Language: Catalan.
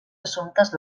assumptes